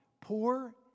poor